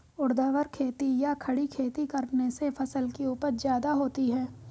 ऊर्ध्वाधर खेती या खड़ी खेती करने से फसल की उपज ज्यादा होती है